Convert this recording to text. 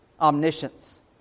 omniscience